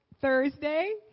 Thursday